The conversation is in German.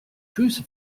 füße